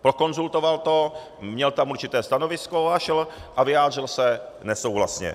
Prokonzultoval to, měl tam určité stanovisko a vyjádřil se nesouhlasně.